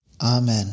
Amen